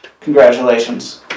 congratulations